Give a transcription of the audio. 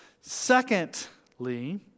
Secondly